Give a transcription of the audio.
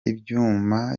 ibyuma